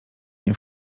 nie